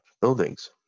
buildings